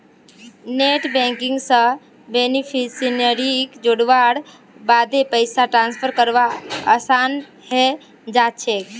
net banking स बेनिफिशियरीक जोड़वार बादे पैसा ट्रांसफर करवा असान है जाछेक